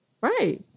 Right